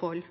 får